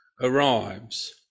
arrives